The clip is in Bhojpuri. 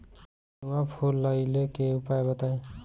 नेनुआ फुलईले के उपाय बताईं?